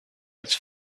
its